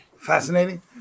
Fascinating